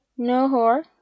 Nohor